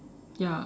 ya